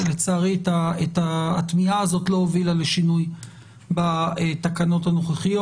לצערי התמיהה הזאת לא הובילה לשינוי בתקנות הנוכחיות.